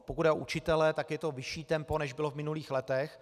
Pokud jde o učitele, je to vyšší tempo, než bylo v minulých letech.